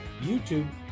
YouTube